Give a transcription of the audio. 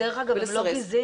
דרך אגב, הם לא גזעיים.